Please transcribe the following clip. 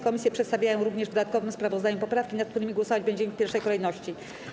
Komisje przedstawiają również w dodatkowym sprawozdaniu poprawki, nad którymi głosować będziemy w pierwszej kolejności.